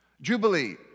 Jubilee